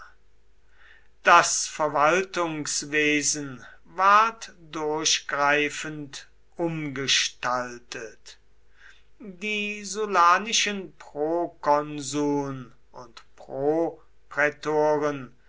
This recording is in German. das verwaltungswesen ward durchgreifend umgestaltet die sullanischen prokonsuln und